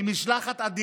עם משלחת אדירה